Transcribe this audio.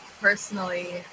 personally